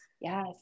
Yes